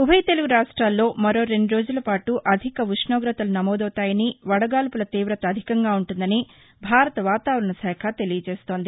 ఉభయ తెలుగు రావ్యాల్లో మరోరెండు రోజుల పాటు అధిక ఉష్ణోగతలు నమోదవుతాయని వదగాల్పుల తీవత అధికంగా ఉంటుందని భారత వాతావరణ శాఖ తెలియచేస్తోంది